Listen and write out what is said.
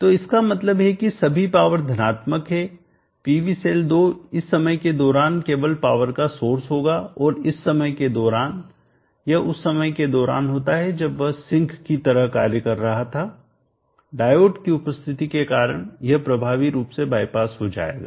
तो इसका मतलब है कि सभी पावर धनात्मक हैं PV सेल 2 इस समय के दौरान केवल पावर का सोर्स होगा और इस समय के दौरान यह उस समय के दौरान होता है जब वह सिंक की तरह कार्य कर रहा था डायोड की उपस्थिति के कारण यह प्रभावी रूप से बायपास हो जाएगा